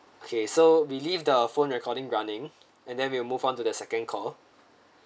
okay so we leave the phone recording running and then we will move on to the second call